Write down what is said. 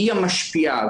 היא המשפיעה,